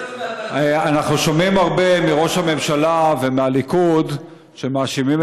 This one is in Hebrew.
אנחנו שומעים הרבה מראש הממשלה ומהליכוד שמאשימים